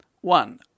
One